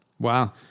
Wow